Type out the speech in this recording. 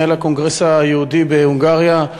בעוד מתנהל הקונגרס היהודי בהונגריה,